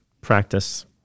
practice